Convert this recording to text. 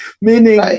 Meaning